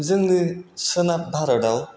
जोंनि सोनाब भारताव